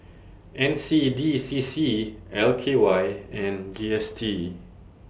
N C D C C L K Y and G S T